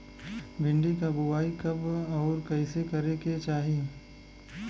भिंडी क बुआई कब अउर कइसे करे के चाही?